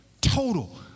total